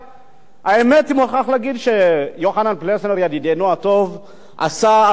אני מוכרח להגיד שיוחנן פלסנר ידידנו הטוב עשה עבודה מעמיקה,